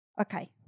Okay